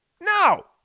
No